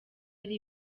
ari